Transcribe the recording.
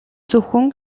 зөвхөн